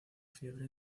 fiebre